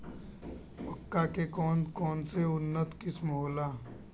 मक्का के कौन कौनसे उन्नत किस्म होला?